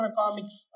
comics